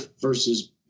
versus